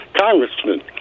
Congressman